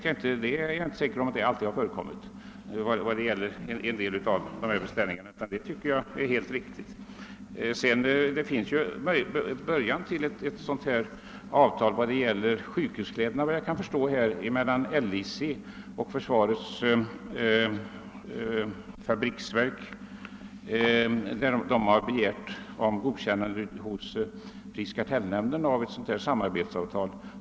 Jag är inte säker på att så alltid har varit fallet vad gäller en del av dessa beställningar. Det finns en början till ett samarbetsavtal beträffande sjukhuskläderna, vad jag kan förstå, mellan LIC och försvarets fabriksverk. Man har begärt godkännande av prisoch kartellnämnden om ett sådant samarbetsavtal.